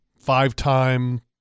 five-time